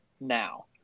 now